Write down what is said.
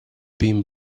been